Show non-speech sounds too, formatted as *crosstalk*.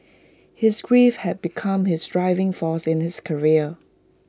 *noise* his grief had become his driving force in his career